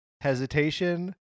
hesitation